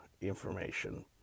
information